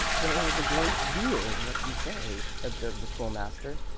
there is a great deal in what you say, observed the school-master.